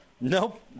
Nope